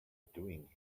doing